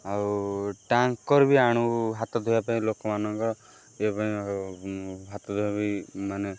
ଆଉ ଟ୍ୟାଙ୍କର୍ ବି ଆଣୁ ହାତ ଧୋଇବା ପାଇଁ ଲୋକମାନଙ୍କ ଇଏ ପାଇଁ ହାତ ଧୋଇବା ପାଇଁ ମାନେ